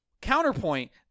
Counterpoint